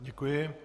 Děkuji.